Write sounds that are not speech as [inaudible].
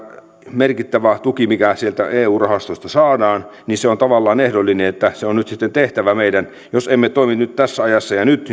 merkittävä tuki mikä sieltä eu rahastosta saadaan on tavallaan ehdollinen että se on nyt sitten meidän tehtävä jos emme toimi tässä ajassa ja nyt [unintelligible]